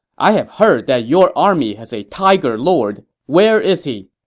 i have heard that your army has a tiger lord. where is he?